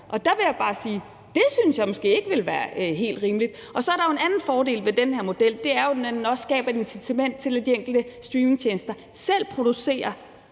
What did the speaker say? Og der vil jeg bare sige, at det synes jeg måske ikke ville være helt rimeligt. Så er der jo en anden fordel ved den her model, og det er jo, at den også skaber et incitament til, at de enkelte streamingtjenester selv producerer